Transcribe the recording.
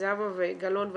זהבה גלאון ואני,